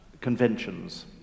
conventions